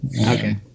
Okay